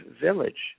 village